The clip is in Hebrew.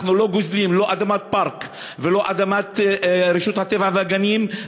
אנחנו לא גוזלים לא אדמת פארק ולא אדמת רשות הטבע והגנים,